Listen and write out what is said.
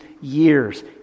years